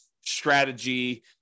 strategy